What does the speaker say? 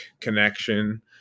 connection